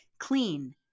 Clean